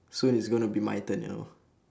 soon it's going to my turn you know